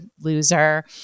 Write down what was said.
loser